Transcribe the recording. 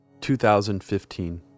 2015